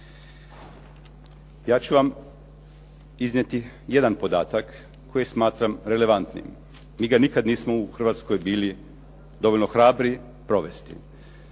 Ja ću vam iznijeti jedan podatak koji smatram relevantnim. Mi ga nikad nismo u Hrvatskoj bili dovoljno hrabri provesti